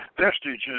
vestiges